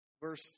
Verse